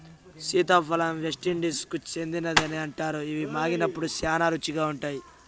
సీతాఫలం వెస్టిండీస్కు చెందినదని అంటారు, ఇవి మాగినప్పుడు శ్యానా రుచిగా ఉంటాయి